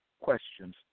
questions